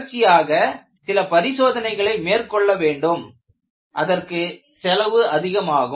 தொடர்ச்சியாக சில பரிசோதனைகளை மேற்கொள்ள வேண்டும் அதற்கு செலவு அதிகமாகும்